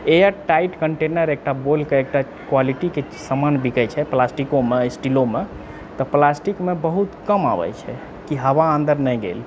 air tight container एकटा बोल कऽ क्वालिटीके समान बिकाय छै प्लास्टिकोमे स्टीलोमे तऽ प्लास्टिकमे बहुत कम आबैत छै कि हवा अन्दर नहि गेल